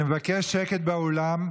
אני מבקש שקט באולם.